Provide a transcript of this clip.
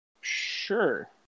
Sure